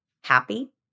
happy